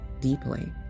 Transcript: deeply